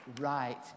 right